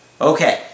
Okay